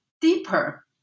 deeper